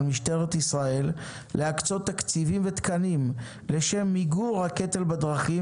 משטרת ישראל להקצות תקציבים ותקנים לשם מיגור הקטל בדרכים